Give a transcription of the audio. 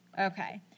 Okay